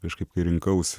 kažkaip kai rinkausi